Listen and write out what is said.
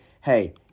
Hey